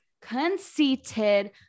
conceited